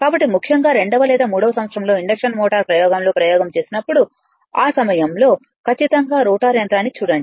కాబట్టి ముఖ్యంగా రెండవ లేదా మూడవ సంవత్సరంలో ఇండక్షన్ మోటార్ ప్రయోగంలో ప్రయోగం చేసినప్పుడు ఆ సమయంలో ఖచ్చితంగా రోటర్ యంత్రాన్ని చూడండి